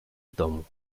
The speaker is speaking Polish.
domu